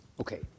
okay